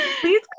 Please